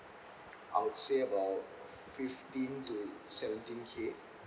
I would say about fifteen to seventeen K